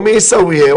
או מעיסאוויה.